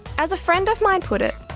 as a friend of mine put it,